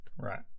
Right